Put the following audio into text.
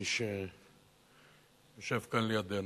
מי שיושב כאן לידנו.